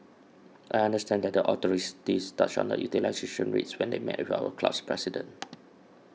I understand that the authorities touched on utilisations rates when they met with our club's president